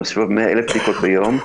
נעשות 100,000 בדיקות ביום,